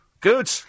good